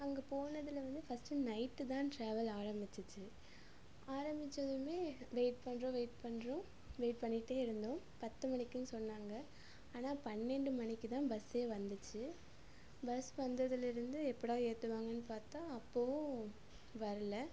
அங்கே போனதில் வந்து ஃபஸ்ட்டு நைட்டு தான் ட்ராவல் ஆரமிச்சுச்சு ஆரமித்ததுமே வெயிட் பண்ணுறோம் வெயிட் பண்ணுறோம் வெயிட் பண்ணிகிட்டே இருந்தோம் பத்து மணிக்குனு சொன்னாங்க ஆனால் பன்னெண்டு மணிக்கு தான் பஸ்ஸே வந்துச்சி பஸ் வந்ததுலேருந்து எப்படா ஏற்றுவாங்கன்னு பார்த்தா அப்போவும் வரலை